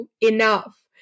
enough